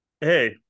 Hey